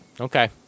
Okay